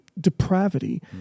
depravity